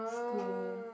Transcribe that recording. school